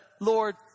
Lord